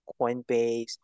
Coinbase